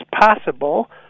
possible